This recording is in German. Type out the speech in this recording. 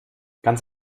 ganz